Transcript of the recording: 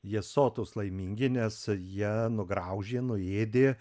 jie sotūs laimingi nes jie nugraužė nuėdė